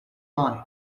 line